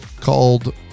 called